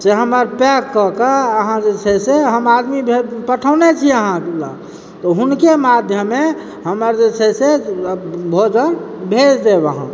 से हमर पैक कए कऽ अहाँ जे छै से हम आदमी भेजै पठौने छी अहाँ लग तऽ हुनके माध्यमे हमर जे छै से भोजन भेज देब